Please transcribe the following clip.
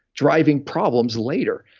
driving problems later.